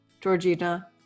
Georgina